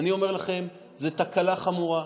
אני אומר לכם, זו תקלה חמורה.